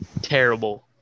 Terrible